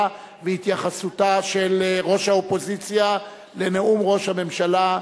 והתייחסותה של ראש האופוזיציה לנאום ראש הממשלה.